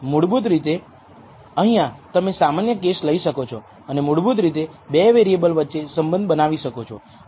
મૂળભૂત રીતે અહિંયા તમે સામાન્ય કેસ લઇ શકો છો અને મૂળભૂત રીતે 2 વેરીએબલ વચ્ચે સંબંધ બનાવી શકો છો